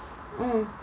mm